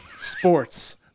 sports